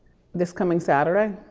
this coming saturday?